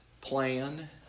plan